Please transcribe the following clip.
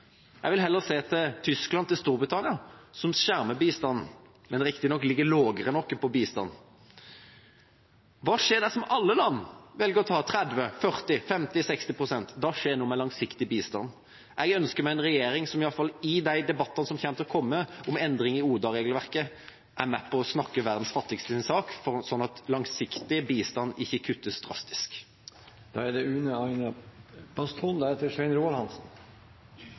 Jeg vil heller se til Tyskland og Storbritannia, som skjermer bistanden, men riktignok ligger lavere enn oss på bistand. Hva skjer dersom alle land velger å ta 30, 40, 50, 60 pst.? Da skjer det noe med den langsiktige bistanden. Jeg ønsker meg en regjering som i alle fall i debattene som kommer til å komme om endring i ODA-regelverket, er med på å snakke verdens fattigste sin sak, sånn at langsiktig bistand ikke kuttes